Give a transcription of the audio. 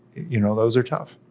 you know, those are tough.